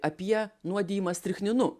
apie nuodijimas strichninu